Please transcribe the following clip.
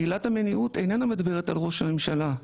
כי עילת המניעות איננה מדברת על ראש הממשלה,